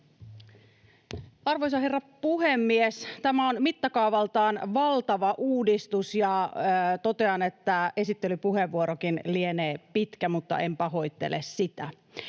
Arvoisa herra puhemies! Tämä on mittakaavaltaan valtava uudistus, ja totean, että esittelypuheenvuorokin lienee pitkä, mutta en pahoittele sitä.